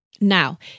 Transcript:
Now